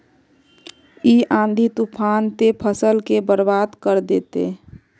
इ आँधी तूफान ते फसल के बर्बाद कर देते?